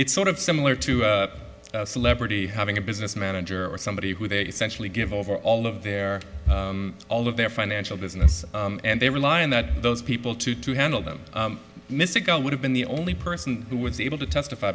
it's sort of similar to a celebrity having a business manager or somebody who they essentially give over all of their all of their financial business and they rely on that those people to to handle them mystical would have been the only person who was able to testify